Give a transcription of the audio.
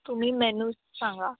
तुम्ही मेनूज सांगा